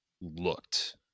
looked